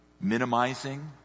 Minimizing